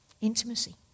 intimacy